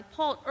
Paul